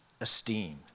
esteemed